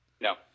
No